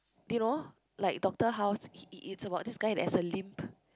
do you know like Doctor House it it it's about this guy that has a limp